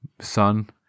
son